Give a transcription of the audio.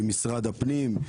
עם משרד הפנים,